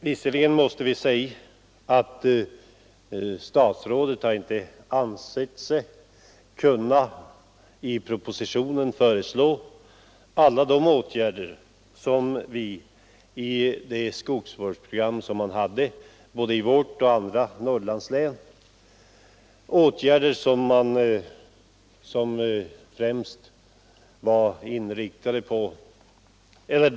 Visserligen måste vi konstatera att statsrådet inte anser sig kunna i propositionen föreslå alla de åtgärder som ingick i det skogsvårdsprogram som fanns både i vårt och i andra Norrlandslän.